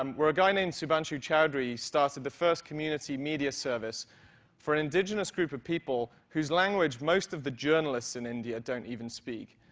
um where a guy named shubhranshu choudhary started the first community media service for an indigenous group of people whose language most of the journalists in india don't even speak.